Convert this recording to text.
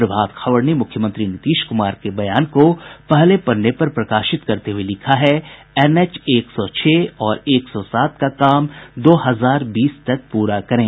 प्रभात खबर ने मुख्यमंत्री नीतीश कुमार के बयान को पहले पन्ने पर प्रकाशित करते हुये लिखा है एनएच एक सौ छह और एक सौ सात का काम दो हजार बीस तक पूरा करें